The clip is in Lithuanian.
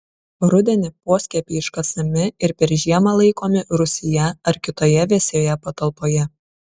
rudenį poskiepiai iškasami ir per žiemą laikomi rūsyje ar kitoje vėsioje patalpoje